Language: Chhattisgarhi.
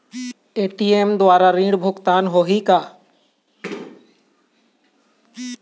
ए.टी.एम द्वारा ऋण भुगतान होही का?